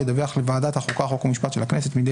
ידווח לוועדת החוקה חוק ומשפט של הכנסת,